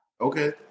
Okay